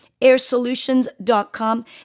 airsolutions.com